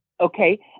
okay